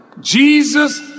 Jesus